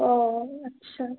ও আচ্ছা